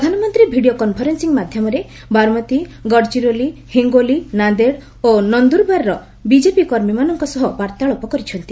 ପ୍ରଧାନମନ୍ତ୍ରୀ video conferencing ମାଧ୍ୟମରେ ବାରମତି ଗଡଚିରୋଲି ହିଙ୍ଗୋଲି ନାନ୍ଦେଡ୍ ଓ ନନ୍ଦୁରବାରର ବିଜେପି କର୍ମୀମାନଙ୍କ ସହ ବାର୍ତ୍ତାଳାପ କରିଛନ୍ତି